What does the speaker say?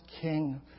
king